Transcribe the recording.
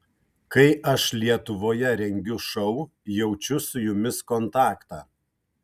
kai aš lietuvoje rengiu šou jaučiu su jumis kontaktą